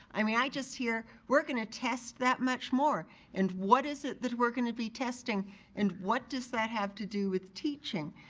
i mean, i just hear, we're gonna test that much more and what is it that we're gonna be testing and what does that have to do with teaching?